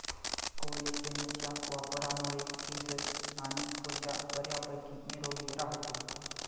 कोलेजनच्या वापरामुळे केस आणि त्वचा बऱ्यापैकी निरोगी राहते